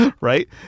Right